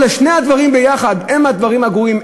שני הדברים ביחד הם הדברים הגרועים,